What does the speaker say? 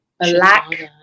black